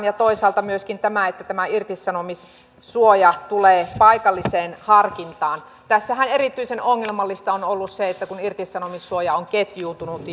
ja toisaalta myöskin tästä että tämä irtisanomissuoja tulee paikalliseen harkintaan tässähän erityisen ongelmallista on ollut se että kun irtisanomissuoja on ketjuuntunut